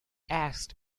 asked